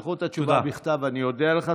תשלחו את התשובה בכתב, אני אודה לך.